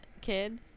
kid